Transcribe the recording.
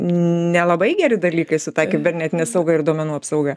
nelabai geri dalykai su ta kibernetine sauga ir duomenų apsauga